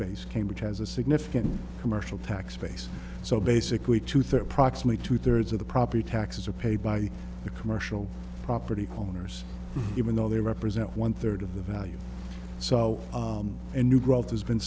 base cambridge has a significant commercial tax base so basically two thirds proximate two thirds of the property taxes are paid by the commercial property owners even though they represent one third of the value so a new growth has been